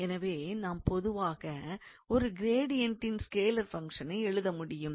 எனவே நாம் பொதுவாக ஒரு கிரேடியன்டின் ஸ்கேலார் ஃபங்க்ஷனை எழுத முடியும்